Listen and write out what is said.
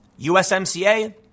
USMCA